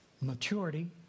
maturity